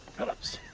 philips.